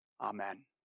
Amen